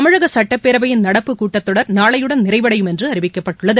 தமிழக சட்டப்பேரவையின் நடப்பு கூட்டத்தொடர் நாளையுடன் நிறைவடையும் என்று அறிவிக்கப்பட்டுள்ளது